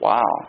Wow